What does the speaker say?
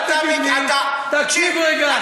תקשיב רגע.